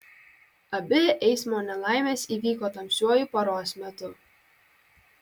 abi eismo nelaimės įvyko tamsiuoju paros metu